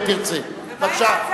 אם תרצה.